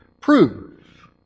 prove